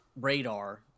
radar